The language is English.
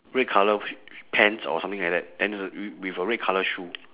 red colour pants or something like that then wi~ with a red colour shoe